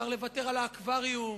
אפשר לוותר על האקווריום,